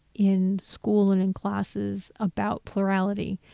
in school and in classes about plurality,